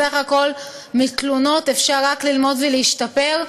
בסך הכול, מתלונות אפשר רק ללמוד ולהשתפר.